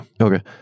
okay